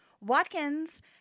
Watkins